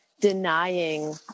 denying